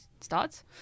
starts